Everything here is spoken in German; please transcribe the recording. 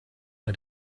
bei